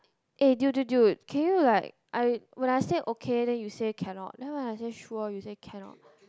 aye dude dude dude can you like I when I say okay then you say cannot then when I say sure you say cannot